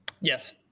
Yes